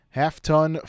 half-ton